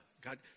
God